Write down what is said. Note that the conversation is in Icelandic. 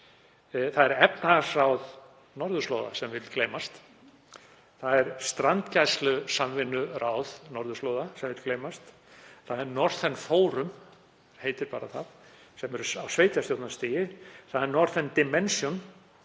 Það er efnahagsráð norðurslóða sem vill gleymast. Það er strandgæslusamvinnuráð norðurslóða, sem vill gleymast. Það er Northern Forum, sem er á sveitarstjórnarstigi. Það er Northern Dimension,